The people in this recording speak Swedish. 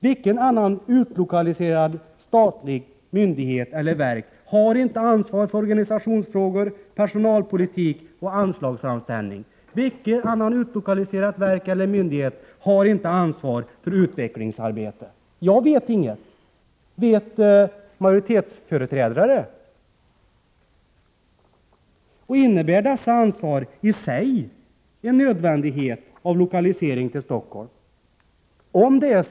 Vilken annan utlokaliserad statlig myndighet har inte ansvar för organisationsfrågor, personalpolitik och anslagsframställning? Vilken annan utlokaliserad myndighet har inte ansvar för utvecklingsarbete? Jag vet ingen. Gör majoritetsföreträdarna det? Och innebär dessa ansvar i sig en nödvändighet av lokalisering till Stockholm? Herr talman!